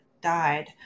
died